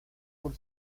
por